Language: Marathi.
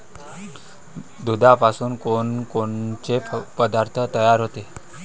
दुधापासून कोनकोनचे पदार्थ तयार होते?